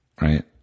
Right